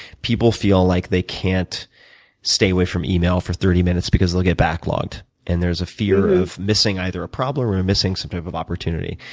people feel like they can't stay away from email for thirty minutes because they'll get backlogged and there's a fear of missing either a problem or missing some type of opportunity.